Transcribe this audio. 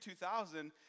2000